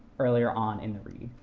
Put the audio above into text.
earlier on in the read.